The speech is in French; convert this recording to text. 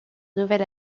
nouvel